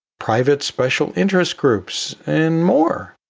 private special interest groups and more.